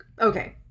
okay